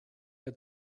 der